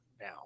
now